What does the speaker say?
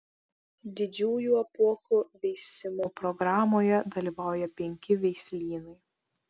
didžiųjų apuokų veisimo programoje dalyvauja penki veislynai